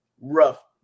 rough